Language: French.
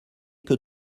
que